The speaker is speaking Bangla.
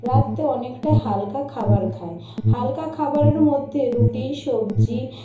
রাত্রে অনেকটাই হালকা খাবার খায় হালকা খাবারের মধ্যে রুটি সবজি